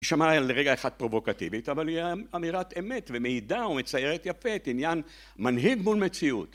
היא שמעה על רגע אחת פרובוקטיבית אבל היא אמירת אמת ומעידה ומציירת יפה את עניין מנהיג מול מציאות